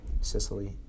Sicily